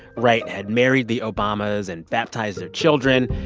wright had married the obamas and baptized their children.